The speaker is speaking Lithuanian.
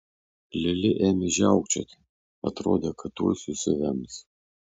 lili ėmė žiaukčioti atrodė kad tuoj susivems